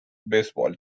baseball